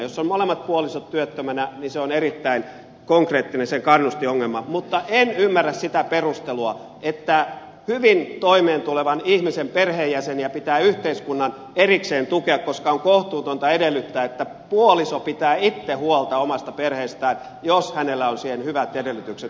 jos molemmat puolisot ovat työttöminä niin se kannustinongelma on erittäin konkreettinen mutta en ymmärrä sitä perustelua että hyvin toimeentulevan ihmisen perheenjäseniä pitää yhteiskunnan erikseen tukea koska on kohtuutonta edellyttää että puoliso pitää itse huolta omasta perheestään jos hänellä on siihen hyvät edellytykset